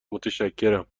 متشکرم